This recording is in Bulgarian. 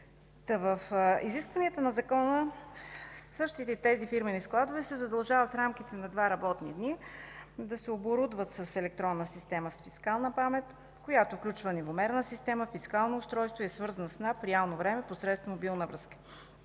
В изискванията на Закона същите тези фирмени складове се задължават в рамките на два работни дни да се оборудват с електронна система с фискална памет, която включва нивомерна система, фискално устройство и е свързана с НАП в реално време посредством мобилна връзка.